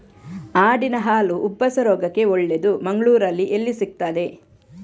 ಆಡಿನ ಹಾಲು ಉಬ್ಬಸ ರೋಗಕ್ಕೆ ಒಳ್ಳೆದು, ಮಂಗಳ್ಳೂರಲ್ಲಿ ಎಲ್ಲಿ ಸಿಕ್ತಾದೆ?